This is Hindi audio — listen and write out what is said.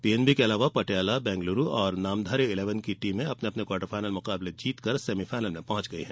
पीएनबी के अलावा पटियाला बैंगलूरू और नामधारी इलेवन की टीमें अपने अपने क्वाटर फायनल मैच जीतकर सेमिफायनल में पहॅच गयी हैं